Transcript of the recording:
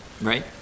right